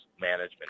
management